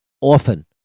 often